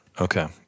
Okay